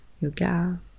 yoga